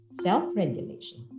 Self-regulation